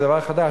זה דבר חדש,